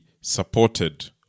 supported